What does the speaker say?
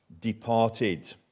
Departed